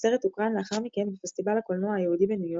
הסרט הוקרן לאחר מכן בפסטיבל הקולנוע היהודי בניו יורק,